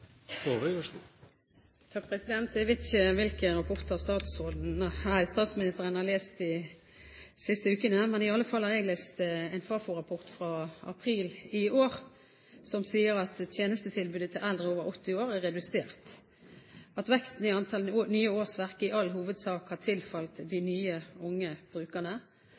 Jeg vet ikke hvilke rapporter statsministeren har lest de siste ukene, men i alle fall har jeg lest en Fafo-rapport fra april i år, som sier at tjenestetilbudet til eldre over 80 år er redusert, og at veksten i antall nye årsverk i all hovedsak har tilfalt de nye unge brukerne.